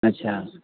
अच्छा